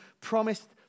promised